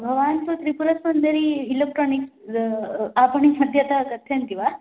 भवान् तु त्रिपुरसुन्दरी इलेक्ट्रानिक् आपणमध्येतः कथयन्ति वा